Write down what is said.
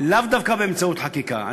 ולאו דווקא באמצעות חקיקה.